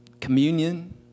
Communion